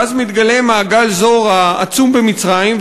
ואז מתגלה מאגר Zohr העצום במצרים,